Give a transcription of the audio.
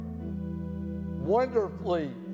wonderfully